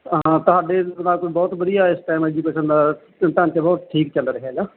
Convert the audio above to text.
ਹਾਂ ਤੁਹਾਡੇ ਹਿਸਾਬ ਤੋਂ ਬਹੁਤ ਵਧੀਆ ਇਸ ਟਾਈਮ ਐਜੁਕੈਸ਼ਨ ਦਾ ਢਾਂਚਾ ਬਹੁਤ ਠੀਕ ਚੱਲ ਰਿਹਾ ਹੈਗਾ